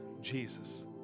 Jesus